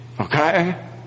Okay